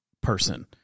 person